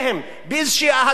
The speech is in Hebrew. באיזו אהדה לערבים,